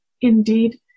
Indeed